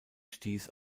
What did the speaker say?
stieß